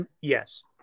Yes